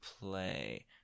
Play